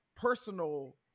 personal